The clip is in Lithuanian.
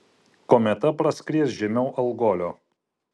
kometa praskries žemiau algolio